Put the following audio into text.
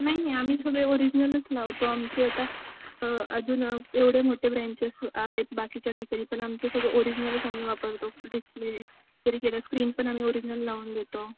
नाही नाही आम्ही सगळे ओरिजनलच लावतो आमचे आता अजून एवढे मोठे ब्रँचेस आहेत बाकीच्या ठिकाणी पण आमचं सगळं ओरिजनलच आम्ही वापरतो डिस्प्ले जरी गेलं स्क्रीन पण आम्ही ओरिजनल लावून देतो